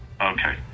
Okay